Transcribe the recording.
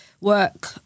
work